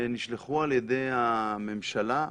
שנשלחו על ידי הממשלה,